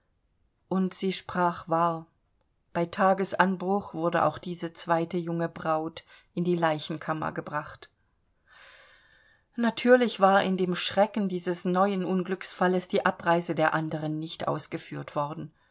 und sie sprach wahr bei tagesanbruch wurde auch diese zweite junge braut in die leichenkammer gebracht natürlich war in dem schrecken dieses neuen unglücksfalles die abreise der anderen nicht ausgeführt worden